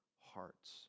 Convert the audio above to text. hearts